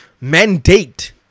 Mandate